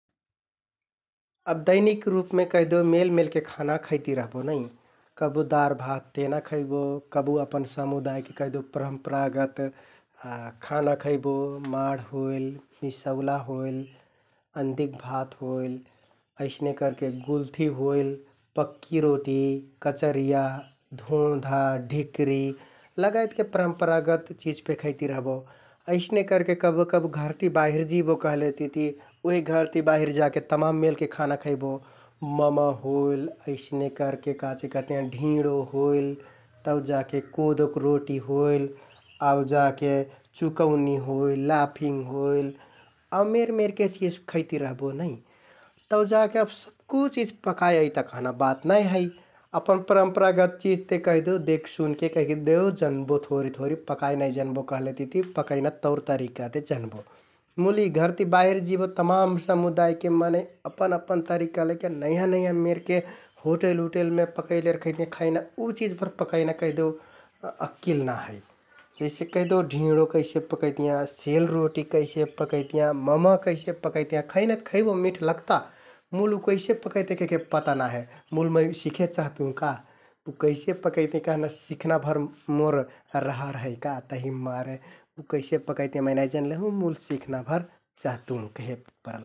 अब दैनिक रुपमे कैहदेउ मेलमेलके खाना खैति रहबो नै । कबु दार, भात, तेना खैबो कबु अपन समुदायिक कैहदेउ परम्परागत खाना खैबो । माड होइल, मिसौला होइल, अन्दिक भात होइल अइसने करके गुल्थि होइल, पक्कि रोटी, कचरिया, धोंधा, ढिक्रि लगायतके परम्परागत चिज फे खैति रहबो । अइसने करके कबु कबु घरति बाहिर जिबो कहलेतिति उहि घरति बाहिर जाके तमान मेलके खाना खैबो । म:म होइल, अइसने करले काचिकहतियाँ ढिंडो होइल, तौ जाके कोदोक रोटी होइल आउ जाके चुकौनी होइल, लाफिङ्ग होइल आउ मेरमेरके चिज खैति रहबो नै । तौ जाके अब सक्कु चिज पकाइ अइता कहना बात नाइ है । अपन परम्परागत चिज ते कैहदेउ देख, सुनके कैहदेउ जन्बो थोरि थोरि पकाइ नाइ जन्बो कहलेति पकैना तौर तरिका ते जन्बो मुल इ घर ति बाहिर जिबो तमान समुदायके मनैं अपन अपन तरिका लैके नयाँ नयाँ मेरके होटेल उटेलमे पकैले रखैतियाँ खैना । उ चिजभर पकैना कैहदेउ अक्किल ना है । जइसे कैहदेउ ढिंडो कैसे पकैतियाँ, सेल रोटी कैसे पकैतियाँ, म:म कैसे पकैतियाँ । खैनत खैबो मिठ लगता मुल उ कैसे पकैतियाँ कहिके पता नाइ हे मुल उ मै सिखे चहतुँ का । उ कैसे पकैतियाँ कहना सिख्‍नाभर मोर रहर है का तहिमारे उ कैसे पकैतियाँ मै नाइ जनले हौं मुल सिख्‍नाभर चहतुँ।